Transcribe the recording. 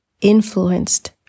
influenced